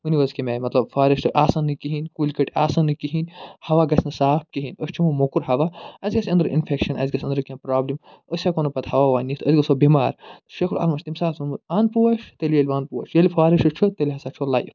ؤنِو حظ کَمہِ آیہِ مطلب فارٮ۪سٹ آسن نہٕ کِہیٖنۍ کُلۍ کٔٹۍ آسن نہٕ کِہیٖنۍ ہَوا گژھِ نہٕ صاف کِہیٖنۍ أسۍ چَمو موٚکُر ہوا اَسہِ گَژھِ أنٛدرٕ اِنفٮ۪کشَن اَسہِ گَژھِ أنٛدرٕ کیٚنٛہہ پرٛابلِم أسۍ ہٮ۪کو نہٕ پتہٕ ہوا ووا نِتھ أسۍ گَژھو بٮ۪مار شیخُ العالمن چھُ تَمہِ ساتہٕ ووٚنمُت اَن پوش تیٚلہِ ییٚلہِ ون پوشہِ ییٚلہِ فارٮ۪سٹ چھُ تیٚلہِ ہسا چھو لایِف